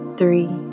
three